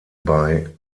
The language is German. bei